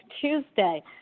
Tuesday